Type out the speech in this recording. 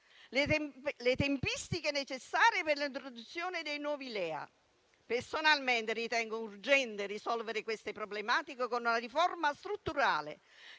le tempistiche necessarie per l'introduzione dei nuovi LEA. Personalmente, ritengo urgente risolvere queste problematiche con una riforma strutturale